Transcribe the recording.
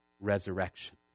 resurrection